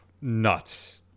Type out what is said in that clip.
nuts